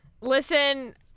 Listen